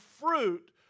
fruit